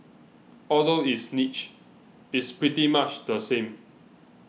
although it's niche it's pretty much the same